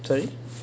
sorry